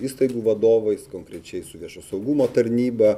įstaigų vadovais konkrečiai su viešo saugumo tarnyba